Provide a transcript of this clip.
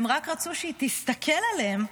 והם רק רצו שהיא תסתכל עליהם,